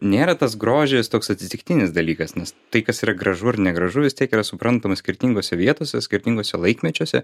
nėra tas grožis toks atsitiktinis dalykas nes tai kas yra gražu ar negražu vis tiek yra suprantama skirtingose vietose skirtinguose laikmečiuose